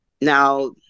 now